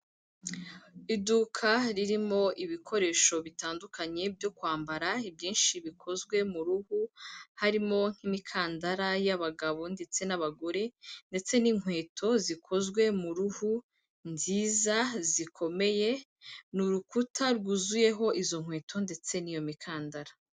Iduka ririmo ibikoresho bitandukanye byo kwambara, ibyinshi bikozwe mu ruhu, harimo nk'imikandara y'abagabo ndetse n'abagore ndetse n'inkweto zikozwe mu ruhu nziza zikomeye, ni urukuta rwuzuyeho izo nkweto ndetse n'iyo mikandara.